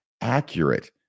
accurate